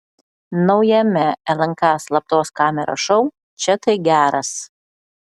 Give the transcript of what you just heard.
naujame lnk slaptos kameros šou čia tai geras